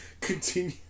continue